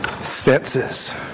senses